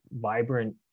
vibrant